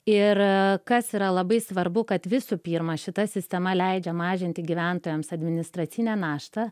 ir kas yra labai svarbu kad visų pirma šita sistema leidžia mažinti gyventojams administracinę naštą